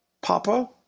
Papa